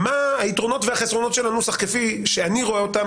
מה היתרונות והחסרונות של הנוסח כפי שאני רואה אותם,